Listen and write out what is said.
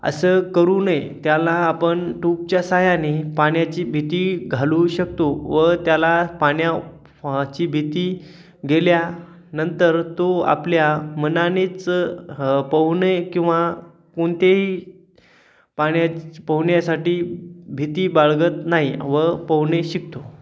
असं करू नये त्याला आपण टूपच्या साहाय्याने पाण्याची भीती घालवू शकतो व त्याला पाण्याची भीती गेल्यानंतर तो आपल्या मनानेच पोहणे किंवा कोणतेही पाण्या पोहण्यासाठी भीती बाळगत नाही व पोहणे शिकतो